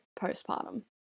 postpartum